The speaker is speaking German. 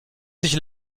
sich